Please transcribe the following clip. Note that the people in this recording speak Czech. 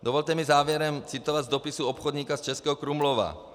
Dovolte mi závěrem citovat z dopisu obchodníka z Českého Krumlova: